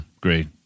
Great